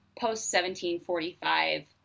post-1745